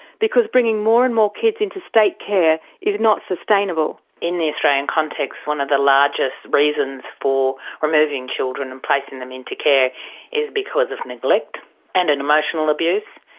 because bringing more and more kids into state care is not sustainable. in the australian context, one of the largest reasons for removing children and placing them into care is because of neglect and an emotional abuse.